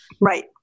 Right